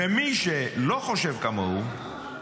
ומי שלא חושב כמוהו,